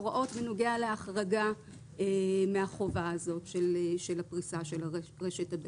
הוראות בנוגע להחרגה מהחובה הזאת של הפריסה של בזק.